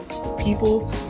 people